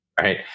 right